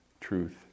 truth